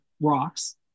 rocks